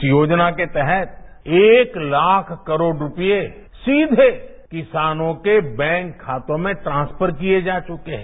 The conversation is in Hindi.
इस योजना के तहत एक लाख करोड़ रुपये सीधे किसानों के बैंक खातों में ट्रांसफर किए जा चुके हैं